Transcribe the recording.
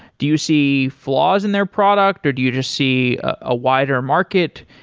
do you see flaws in their product or do you just see a wider market?